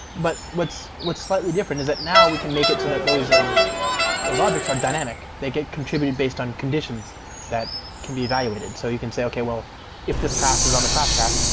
but what's what's slightly different is that now we can make it so that those um those objects are dynamic. they get contributed based on conditions that can be evaluated. so you can say, okay. if this class is on the class path,